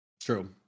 true